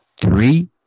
three